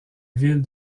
ville